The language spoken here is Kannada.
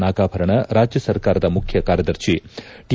ನಾಗಾಭರಣ ರಾಜ್ಯ ಸರ್ಕಾರದ ಮುಖ್ಯ ಕಾರ್ಯದರ್ಶಿ ಟಿ